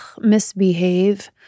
misbehave